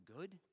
good